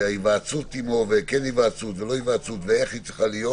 עניין ההיוועצות עמו ואיך היא צריכה להיות,